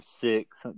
six